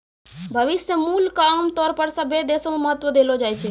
भविष्य मूल्य क आमतौर पर सभ्भे देशो म महत्व देलो जाय छै